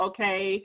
Okay